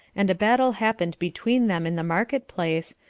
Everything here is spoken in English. and a battle happened between them in the market-place,